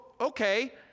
okay